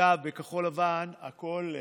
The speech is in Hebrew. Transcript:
בכחול לבן הכול שקוף,